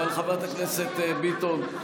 אבל חברת הכנסת ביטון,